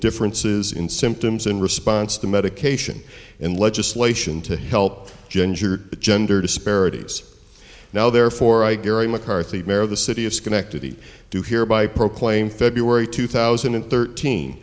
differences in symptoms in response to medication in legislation to help gender gender disparities now therefore i gary mccarthy there of the city of schenectady do hereby proclaim february two thousand and thirteen